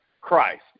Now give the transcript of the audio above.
Christ